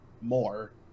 more